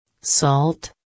Salt